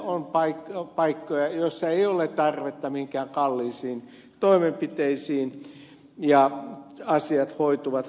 on paikkoja joissa ei ole tarvetta mihinkään kalliisiin toimenpiteisiin ja asiat hoituvat halvemmalla